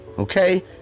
Okay